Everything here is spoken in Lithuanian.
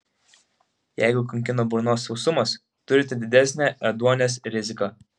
jeigu kankina burnos sausumas turite didesnę ėduonies riziką